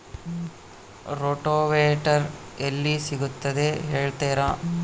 Rotavator ಎಲ್ಲಿ ಸಿಗುತ್ತದೆ ಹೇಳ್ತೇರಾ?